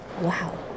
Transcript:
wow